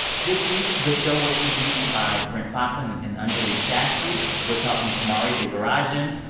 this week, the show was produced by brent baughman and anjuli sastry with help from kumari devarajan.